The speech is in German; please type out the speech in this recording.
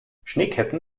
schneeketten